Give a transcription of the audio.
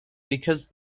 because